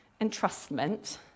entrustment